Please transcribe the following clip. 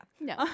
No